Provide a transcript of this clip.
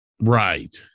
Right